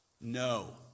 No